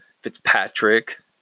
Fitzpatrick